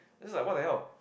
I just like what the hell